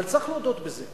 אבל צריך להודות בזה,